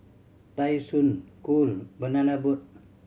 Tai Sun Cool Banana Boat